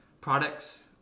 products